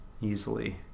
easily